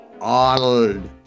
Arnold